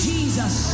Jesus